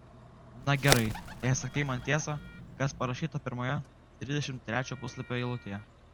na gerai jei sakai man tiesą kas parašyta pirmoje trisdešimt trečio puslapio eilutėje